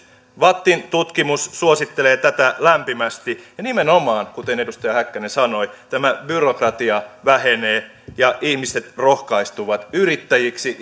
vattin tutkimus suosittelee tätä lämpimästi ja nimenomaan kuten edustaja häkkänen sanoi tämä byrokratia vähenee ja ihmiset rohkaistuvat yrittäjiksi